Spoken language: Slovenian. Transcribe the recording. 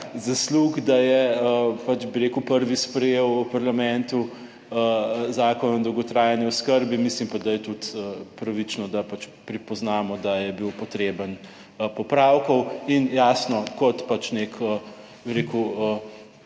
pač, bi rekel, prvi sprejel v parlamentu Zakon o dolgotrajni oskrbi. Mislim pa, da je tudi pravično, da pač prepoznamo, da je bil potreben popravkov in jasno, kot pač nek, bi rekel,